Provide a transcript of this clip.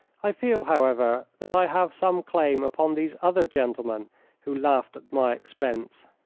i feel, however, that i have some claim upon these other gentlemen who laughed at my expense.